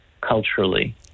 culturally